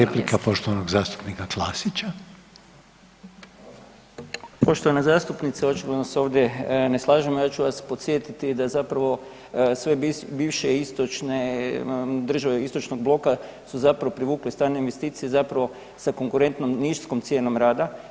Poštovana zastupnice očito da se ovdje ne slažemo, ja ću vas podsjetiti da zapravo sve bivše istočne države, istočnog bloka su zapravo privukle strane investicije zapravo sa konkurentno niskom cijenom rada.